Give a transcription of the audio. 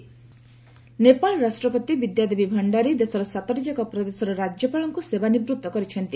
Nepal president Nepal ରାଷ୍ଟ୍ରପତି ବିଦ୍ୟାଦେବୀ ଭଣ୍ଡାରୀ ଦେଶର ସାତଟିଯାକ ପ୍ରଦେଶର ରାଜ୍ୟପାଳଙ୍କୁ ସେବାନିବୂତ୍ତ କରିଛନ୍ତି